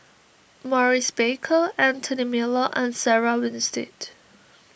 Maurice Baker Anthony Miller and Sarah Winstedt